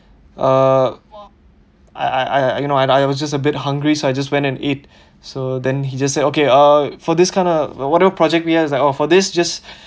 uh I I I you know I was just a bit hungry so I just went and eat so then he just say okay uh for this kind of whatever project we have oh for this just